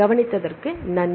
கவனித்ததற்கு நன்றி